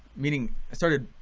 meaning i started